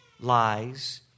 lies